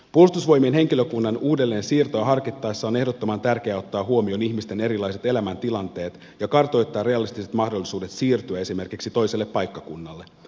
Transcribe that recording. puolustusvoimien henkilökunnan uudelleensiirtoa harkittaessa on ehdottoman tärkeää ottaa huomioon ihmisten erilaiset elämäntilanteet ja kartoittaa realistiset mahdollisuudet siirtyä esimerkiksi toiselle paikkakunnalle